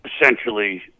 essentially